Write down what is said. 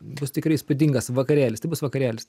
bus tikrai įspūdingas vakarėlis tai bus vakarėlis